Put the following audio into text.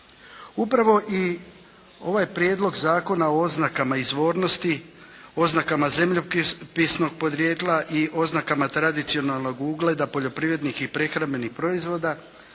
Upravo i ovaj Prijedlog zakona o oznakama izvornosti, oznakama zemljopisnog podrijetla i oznakama tradicionalnog ugleda poljoprivrednih i prehrambenih proizvoda,